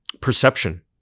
perception